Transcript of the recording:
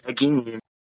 Again